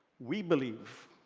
we believe